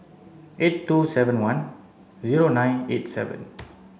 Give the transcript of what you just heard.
eight two seven one zero nine eight seven